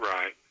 Right